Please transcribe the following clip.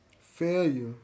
Failure